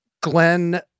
Glenn